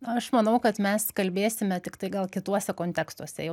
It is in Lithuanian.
aš manau kad mes kalbėsime tiktai gal kituose kontekstuose jau